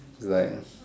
like